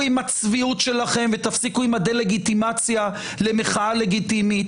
עם הצביעות שלכם ותפסיקו עם הדה לגיטימציה למחאה לגיטימית.